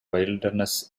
wilderness